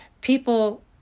people